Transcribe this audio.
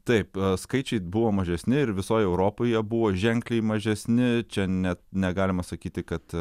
taip skaičiai buvo mažesni ir visoj europoje buvo ženkliai mažesni čia net negalima sakyti kad